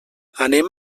anem